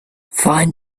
find